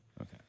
Okay